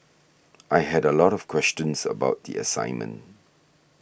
I had a lot of questions about the assignment